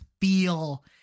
feel